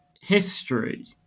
history